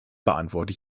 beantworte